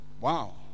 wow